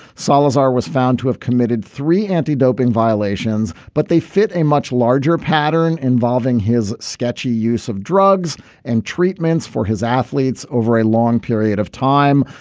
salazar was found to have committed three anti-doping violations but they fit a much larger pattern involving his sketchy use of drugs and treatments for his athletes over a long period of time.